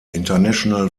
international